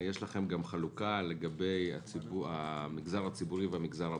האם יש לכם גם חלוקה לגבי המגזר הציבורי והמגזר הפרטי?